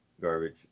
garbage